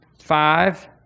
five